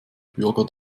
bürger